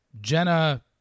Jenna